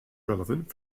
relevant